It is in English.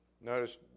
Notice